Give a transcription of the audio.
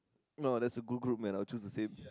no that's a good group man I will choose the same